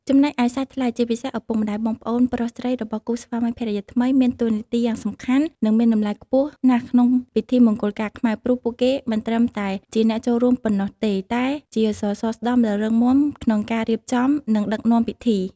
ចំណែកឯសាច់ថ្លៃ ជាពិសេស ឪពុកម្ដាយ បងប្អូនប្រុសស្រីរបស់គូស្វាមីភរិយាថ្មី មានតួនាទីយ៉ាងសំខាន់ និងមានតម្លៃខ្ពស់ណាស់ក្នុងពិធីមង្គលការខ្មែរ ព្រោះពួកគេមិនត្រឹមតែជាអ្នកចូលរួមប៉ុណ្ណោះទេ តែជាសសរស្តម្ភដ៏រឹងមាំក្នុងការរៀបចំ និងដឹកនាំពិធី។